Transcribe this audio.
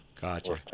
Gotcha